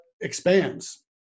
expands